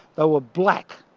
ah were black.